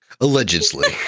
Allegedly